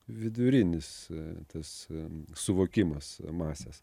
vidurinis tas suvokimas masės